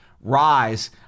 rise